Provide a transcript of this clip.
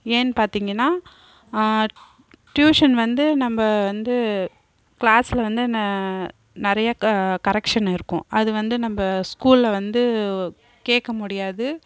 ஏன்னு பார்த்திங்கன்னா டியூஷன் வந்து நம்ம வந்து க்ளாஸ்ல வந்து ந நிறையா க கரெக்சன் இருக்கும் அது வந்து நம்ம ஸ்கூல்ல வந்து கேட்க முடியாது